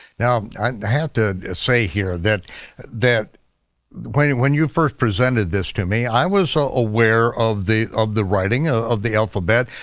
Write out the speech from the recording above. now i have to say here that that when when you first presented this to me, i was so aware of the of the writing ah of the alphabet,